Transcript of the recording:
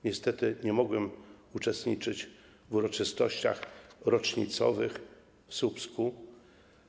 Niestety nie mogłem uczestniczyć w uroczystościach rocznicowych w Słupsku.